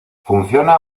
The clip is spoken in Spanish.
funciona